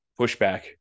pushback